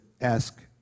ask